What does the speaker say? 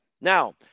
Now